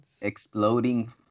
Exploding